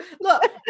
Look